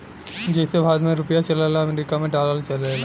जइसे भारत मे रुपिया चलला अमरीका मे डॉलर चलेला